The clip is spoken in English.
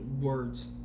words